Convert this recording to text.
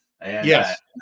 Yes